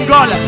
God